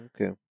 okay